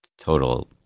total